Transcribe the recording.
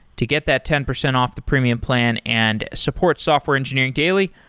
to get that ten percent off the premium plan and support software engineering daily,